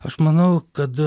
aš manau kad